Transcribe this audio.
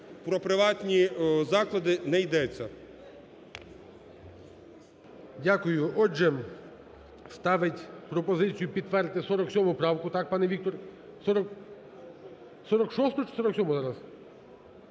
про приватні заклади не йдеться.